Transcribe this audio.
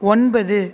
ஒன்பது